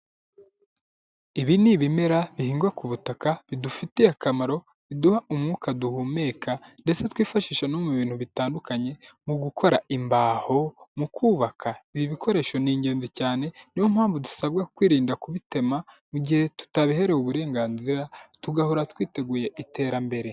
Ibi ni ibimera bihingwa ku butaka bidufitiye akamaro biduha umwuka duhumeka ndetse twifashisha no mu bintu bitandukanye, mu gukora imbaho, mu kubaka, ibi bikoresho ni ingenzi cyane ni yo mpamvu dusabwa kwirinda kubitema mu gihe tutabiherewe uburenganzira tugahora twiteguye iterambere.